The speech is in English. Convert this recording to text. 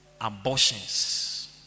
abortions